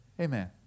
amen